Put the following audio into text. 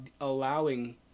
allowing